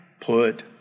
put